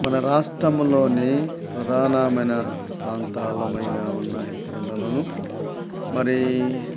మన రాష్ట్రంలోని ప్రధానమైన ప్రాంతాలయిన ఉన్న కొండలను మరి